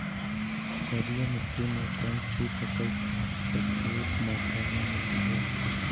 क्षारीय मिट्टी में कौन सी फसल प्रचुर मात्रा में होती है?